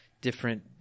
different